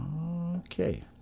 Okay